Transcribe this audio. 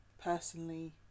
personally